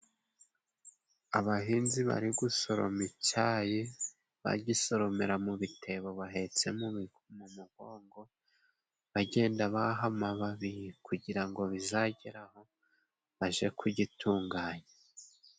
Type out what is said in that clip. Abahinzi bari gusoroma icyayi, bagisoromera mu bitebo bahetse mu mugongo, bagenda baha amababi kugira ngo bizagere aho baje kugitunganya.